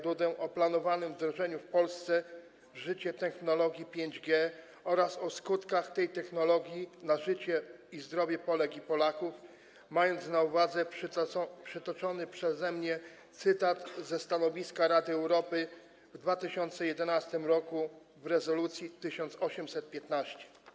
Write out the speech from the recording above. Dudę o planowanym wdrożeniu w Polsce w życie technologii 5G oraz o wpływie tej technologii na życie i zdrowie Polek i Polaków, mając na uwadze przytoczony przeze mnie cytat ze stanowiska Rady Europy w 2011 r. wyrażonego w rezolucji 1815?